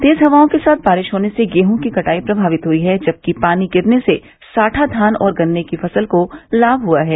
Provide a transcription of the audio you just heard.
तेज हवाओं के साथ बारिश होने से गेहूं की कटाई प्रभावित हुई है जबकि पानी गिरने से साठा धान और गन्ने की फसल को लाम हुआ है